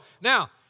Now